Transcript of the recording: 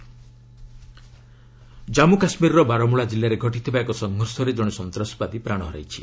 କେକେ encounter Jammu କାଶ୍ମୀରର ବାରମୂଳା ଜିଲ୍ଲାରେ ଘଟିଥିବା ଏକ ସଂଘର୍ଷରେ ଜଣେ ସନ୍ତାସବାଦୀ ପ୍ରାଣ ହରାଇଛି